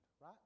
right